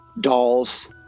dolls